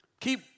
Keep